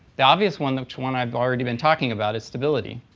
the obvious one, the one i've already been talking about, is stability.